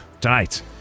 tonight